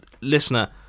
listener